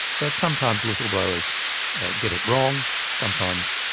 but sometimes whistleblowers get it wrong. sometimes,